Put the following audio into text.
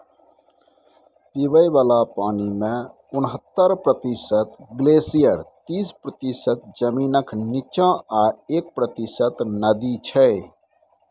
पीबय बला पानिमे उनहत्तर प्रतिशत ग्लेसियर तीस प्रतिशत जमीनक नीच्चाँ आ एक प्रतिशत नदी छै